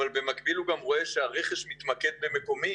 אבל במקביל הוא גם רואה שהרכש מתמקד במקומי,